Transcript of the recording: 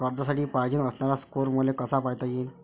कर्जासाठी पायजेन असणारा स्कोर मले कसा पायता येईन?